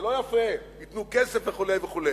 זה לא יפה, ייתנו כסף וכו' וכו'.